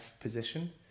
position